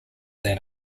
than